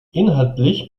inhaltlich